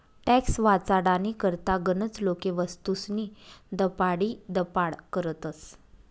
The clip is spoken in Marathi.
टॅक्स वाचाडानी करता गनच लोके वस्तूस्नी दपाडीदपाड करतस